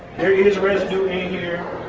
there is residue in here.